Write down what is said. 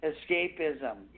Escapism